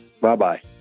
Bye-bye